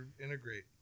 integrate